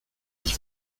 was